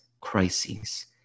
crises